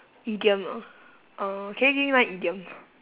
idiom ah uh can you give me one idiom